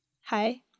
Hi